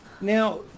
Now